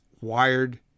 wired